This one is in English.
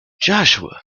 joshua